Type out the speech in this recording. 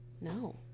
No